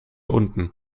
unten